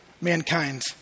mankind